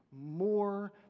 more